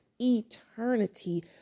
eternity